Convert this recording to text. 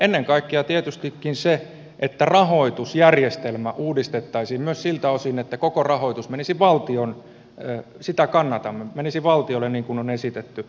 ennen kaikkea tietystikin se että rahoitusjärjestelmä uudistettaisiin myös siltä osin että koko rahoitus menisi valtiolle sitä kannatamme niin kuin on esitetty